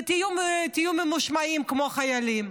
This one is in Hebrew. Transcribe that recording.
ותהיו ממושמעים כמו חיילים,